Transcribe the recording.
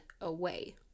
away